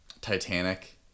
Titanic